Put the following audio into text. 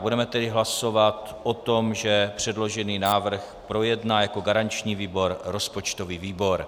Budeme tedy hlasovat o tom, že předložený návrh projedná jako garanční výbor rozpočtový výbor.